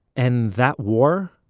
and that war,